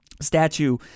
statue